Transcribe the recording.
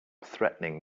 threatening